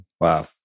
Wow